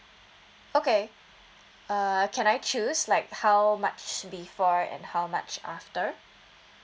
okay uh can I choose like how much before and how much after